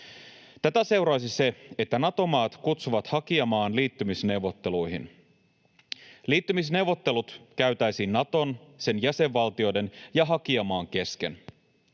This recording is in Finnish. Tätä seuraisi se, että Nato-maat kutsuvat hakijamaan liittymisneuvotteluihin. Liittymisneuvottelut käytäisiin Naton, sen jäsenvaltioiden ja hakijamaan kesken.